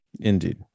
Indeed